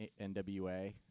nwa